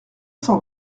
cent